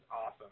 awesome